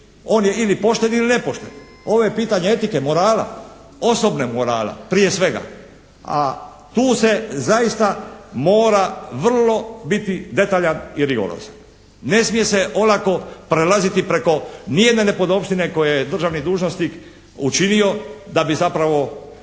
On je ili pošten ili nepošten. Ovo je pitanje etike, morala, osobnog morala prije svega a tu se zaista mora vrlo biti detaljan i rigorozan. Ne smije se olako prelaziti preko nijedne nepodopštine koju je državni dužnosnik učinio da bi zapravo